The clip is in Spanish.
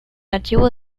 archivo